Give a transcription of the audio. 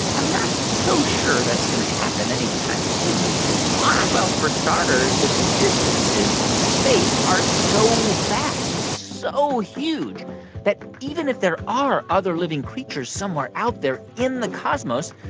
i'm not so sure that's going to happen any time soon, mindy why? well, for starters, the distances in space are so vast, so huge that even if there are other living creatures somewhere out there in the cosmos,